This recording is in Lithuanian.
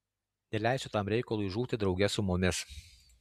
neleisiu tam reikalui žūti drauge su mumis